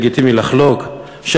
לגיטימי לחלוק,